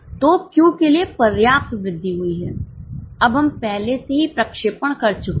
तो Q के लिए पर्याप्त वृद्धि हुई है अब हम पहले से ही प्रक्षेपण कर चुके हैं